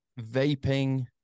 vaping